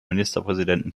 ministerpräsidenten